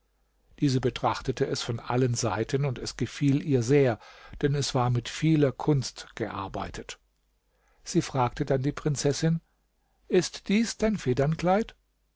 diese betrachtete es von allen seiten und es gefiel ihr sehr denn es war mit vieler kunst gearbeitet sie fragte dann die prinzessin ist dies dein